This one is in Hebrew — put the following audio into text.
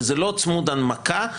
וזה לא צמוד הנמקה,